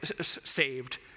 saved